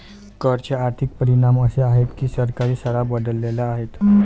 कर चे आर्थिक परिणाम असे आहेत की सरकारी शाळा बदलल्या आहेत